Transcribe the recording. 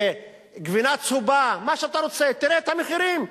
גבינה צהובה, מה שאתה רוצה, תראה את המחירים.